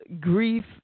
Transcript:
grief